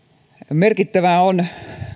merkittävää on